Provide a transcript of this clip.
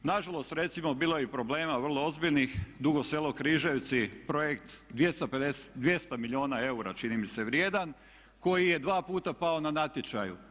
Na žalost recimo bilo je i problema vrlo ozbiljnih Dugo Selo – Križevci, projekt 200 milijuna eura čini mi se vrijedan koji je dva puta pao na natječaju.